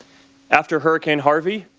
after hurricane harvey,